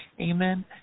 Amen